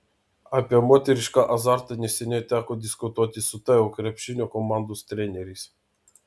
apie moterišką azartą neseniai teko diskutuoti su teo krepšinio komandos treneriais